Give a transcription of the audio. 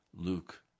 Luke